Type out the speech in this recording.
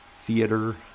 theater